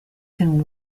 can